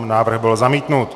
Návrh byl zamítnut.